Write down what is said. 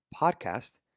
podcast